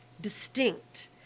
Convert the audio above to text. distinct